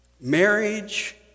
Marriage